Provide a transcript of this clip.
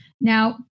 now